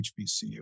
HBCU